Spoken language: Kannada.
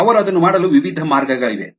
ಅವರು ಅದನ್ನು ಮಾಡಲು ವಿವಿಧ ಮಾರ್ಗಗಳಿವೆ